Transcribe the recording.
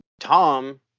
Tom